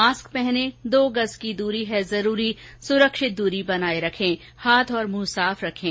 mask पहनें दो गज़ की दूरी है जरूरी सुरक्षित दूरी बनाए रखें हाथ और मुंह साफ रखें